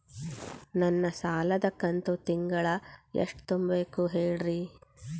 ನನ್ನ ಸಾಲದ ಕಂತು ತಿಂಗಳ ಎಷ್ಟ ತುಂಬಬೇಕು ಹೇಳ್ರಿ?